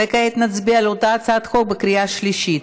כעת נצביע על אותה הצעת חוק בקריאה שלישית.